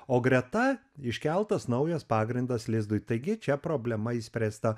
o greta iškeltas naujas pagrindas lizdui taigi čia problema išspręsta